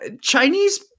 Chinese